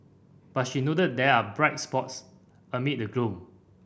but she noted there are bright spots amid the gloom